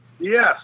Yes